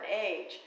age